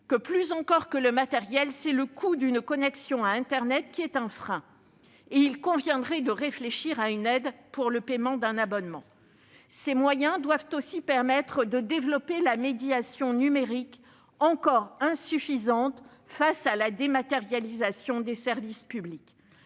: plus encore que le matériel, c'est le coût d'une connexion à internet qui est un frein. Il conviendrait de réfléchir à une aide pour le paiement d'un abonnement. Ces moyens doivent aussi permettre de développer la médiation numérique, encore insuffisante face à la dématérialisation des services publics.